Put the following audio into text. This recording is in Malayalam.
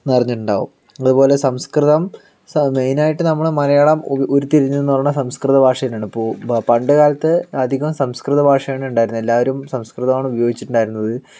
നിറഞ്ഞിട്ടുണ്ടാകും അതുപോലെ സംസ്കൃതം മെയിൻ ആയിട്ട് നമ്മൾ മലയാളം ഉ ഉരിതിരിഞ്ഞെന്ന് പറയണത് സംസ്കൃത ഭാഷയായിട്ടാണ് പു പണ്ടു കാലത്ത് അധികം സംസ്കൃത ഭാഷയാണ് ഉണ്ടായിരുന്നത് എല്ലാവരും സംസ്കൃതമാണ് ഉപയോഗിച്ചിട്ടുണ്ടായിരുന്നത്